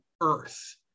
earth